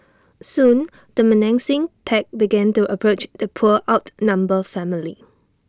soon the menacing pack began to approach the poor outnumbered family